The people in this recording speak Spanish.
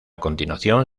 continuación